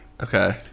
Okay